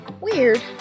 Weird